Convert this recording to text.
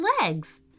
legs